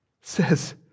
says